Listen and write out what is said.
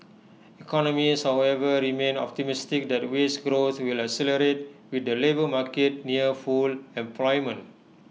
economists however remain optimistic that wage growth will accelerate with the labour market near full employment